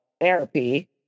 therapy